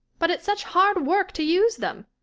but it's such hard work to use them.